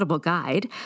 guide